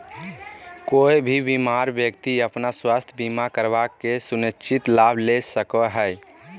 कोय भी बीमार व्यक्ति अपन स्वास्थ्य बीमा करवा के सुनिश्चित लाभ ले सको हय